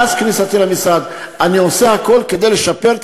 מאז כניסתי למשרד אני עושה הכול כדי לשפר את